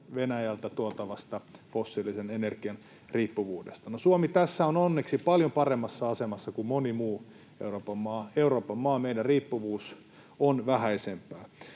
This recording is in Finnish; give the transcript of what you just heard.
Venäjältä tuotavasta fossiilisesta energiasta. Suomi on onneksi tässä paljon paremmassa asemassa kuin moni muu Euroopan maa — meidän riippuvuutemme on vähäisempää.